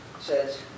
says